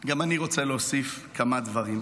אני רוצה להוסיף כמה דברים.